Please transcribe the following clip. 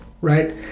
Right